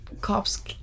cops